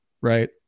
right